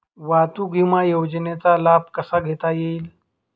वाहतूक विमा योजनेचा लाभ कसा घेता येईल?